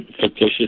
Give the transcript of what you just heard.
fictitious